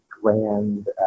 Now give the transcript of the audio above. grand